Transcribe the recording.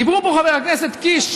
דיברו פה, חבר הכנסת קיש,